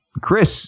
Chris